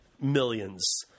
millions